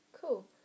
Cool